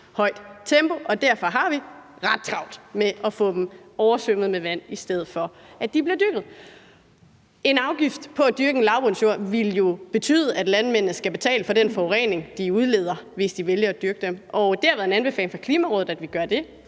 højt tempo, og derfor har vi ret travlt med at få dem oversvømmet med vand, i stedet for at de bliver dyrket. En afgift på at dyrke lavbundsjorder vil jo betyde, at landmændene skal betale for den CO2, de udleder, hvis de vælger at dyrke dem. Det har været en anbefaling fra Klimarådet, at vi indfører det,